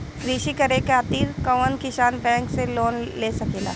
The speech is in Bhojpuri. कृषी करे खातिर कउन किसान बैंक से लोन ले सकेला?